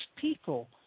people